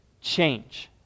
change